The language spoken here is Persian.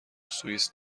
سوئیس